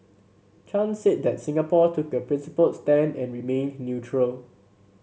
Chan said that Singapore took a principled stand and remained neutral